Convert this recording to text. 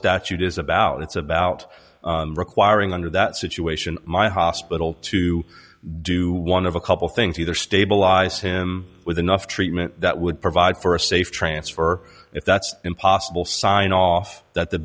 statute is about it's about requiring under that situation my hospital to do one of a couple things either stabilize him with enough treatment that would provide for a safe transfer if that's impossible sign off that the